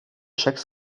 chaque